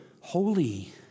holy